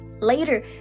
Later